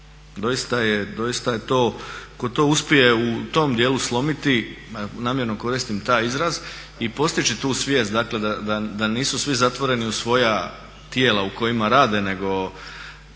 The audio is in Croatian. Doista je to tko to uspije u tom dijelu slomiti, namjerno koristim taj izraz i postići tu svijest, dakle da nisu svi zatvoreni u svoja tijela u kojima rade nego